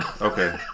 Okay